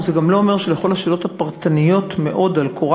זה לא אומר שעל כל השאלות הפרטניות מאוד על קורה